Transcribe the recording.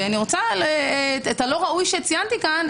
אני רוצה את הלא ראוי שציינתי כאן,